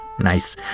Nice